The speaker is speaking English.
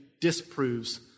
disproves